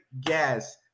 gas